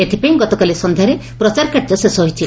ଏଥିପାଇଁ ଗତକାଲି ସନ୍ଧ୍ୟାରେ ପ୍ରଚାରକାର୍ଯ୍ୟ ଶେଷ ହୋଇଛି